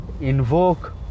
invoke